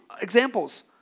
examples